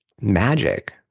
magic